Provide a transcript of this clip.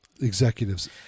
executives